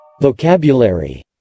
Vocabulary